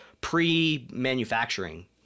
pre-manufacturing